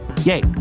Yay